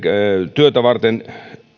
työtä varten